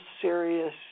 serious